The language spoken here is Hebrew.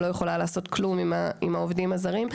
שלא יכולה לעשות כלום עם העובדים הזרים.